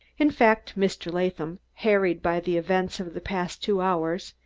in fact, mr. latham, harried by the events of the past two hours,